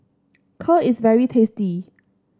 kheer is very tasty